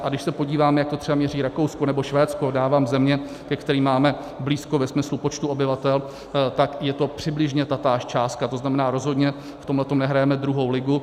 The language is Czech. A když se podívám, jak to měří Rakousko nebo Švédsko, dávám země, ke kterým máme blízko ve smyslu počtu obyvatel, tak je to přibližně tatáž částka, to znamená, rozhodně v tomhle tom nehrajeme druhou ligu.